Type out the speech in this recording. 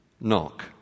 knock